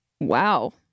Wow